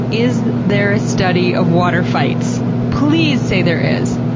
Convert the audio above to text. is there a study of water fights? please say there is!